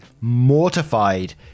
mortified